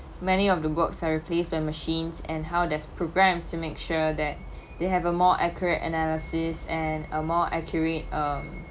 many of the work that replaced by machines and how there's programs to make sure that they have a more accurate analysis and a more accurate um